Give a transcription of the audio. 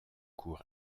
cours